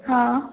हा